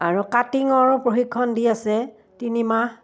আৰু কাটিঙৰো প্ৰশিক্ষণ দি আছে তিনিমাহ